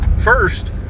first